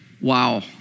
Wow